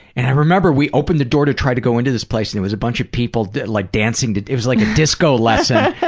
and i remember we opened the door to try to go into this place and it was a bunch of people like so and it it was like a disco lesson.